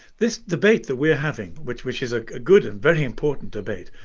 this debate that we're having which which is a good and very important debate,